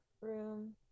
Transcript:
room